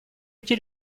эти